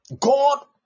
God